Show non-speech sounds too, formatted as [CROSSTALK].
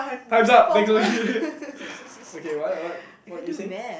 times up next question [LAUGHS] okay what what what were you saying